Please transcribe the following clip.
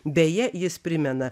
beje jis primena